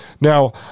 Now